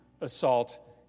assault